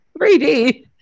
3D